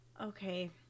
okay